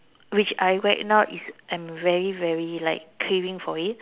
which I right now is I'm very very like craving for it